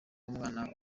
umwana